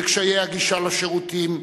בקשיי הגישה לשירותים,